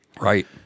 Right